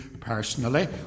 personally